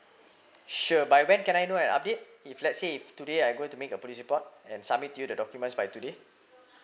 sure by when can I know an update if lets say if today I go to make a police report and submit you the documents by today